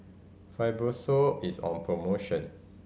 Fibrosol is on promotion